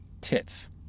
tits